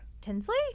Tinsley